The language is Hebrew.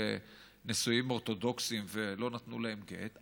בנישואים אורתודוקסיים ולא נתנו להן גט.